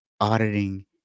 auditing